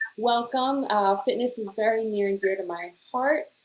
welcome. um fitness is very near and dear to my heart.